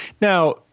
Now